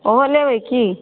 ओहो लेबै कि